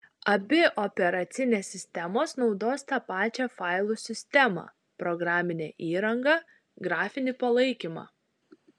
abi operacinės sistemos naudos tą pačią failų sistemą programinę įrangą grafinį palaikymą